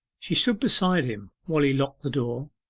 she stood beside him while he locked the door,